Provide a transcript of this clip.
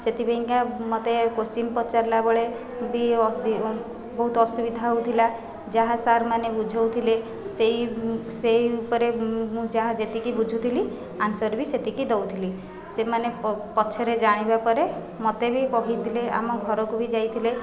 ସେଥିପାଇଁକା ମୋତେ କୋସ୍ଚୀନ୍ ପଚାରିଲା ବେଳେ ବି ବହୁତ ଅସୁବିଧା ହେଉଥିଲା ଯାହା ସାର୍ ମାନେ ବୁଝାଉଥିଲେ ସେହି ସେହି ଉପରେ ମୁଁ ଯାହା ଯେତିକି ବୁଝୁଥିଲି ଆନ୍ସର ବି ସେତିକି ଦେଉଥିଲି ସେମାନେ ପଛରେ ଜାଣିବାପରେ ମୋତେ ବି କହିଥିଲେ ଆମ ଘରକୁ ବି ଯାଇଥିଲେ